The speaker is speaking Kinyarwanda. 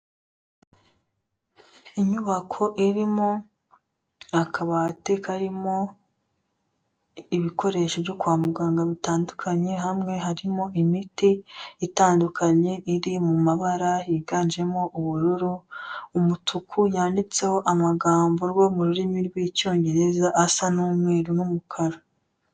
Inyubako irimo akabati karimo ibikoresho byo kwa muganga bitandukanye, hamwe harimo imiti itandukanye iri mu mabara higanjemo ubururu, umutuku, yanditseho amagambo rwo mu rurimi rw'icyongereza asa n'umweru n'umukara.